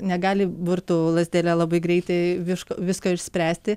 negali burtų lazdele labai greitai višk visko išspręsti